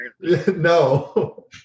No